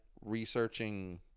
researching